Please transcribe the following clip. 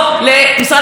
אבל איפה,